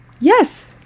Yes